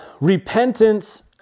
repentance